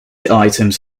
items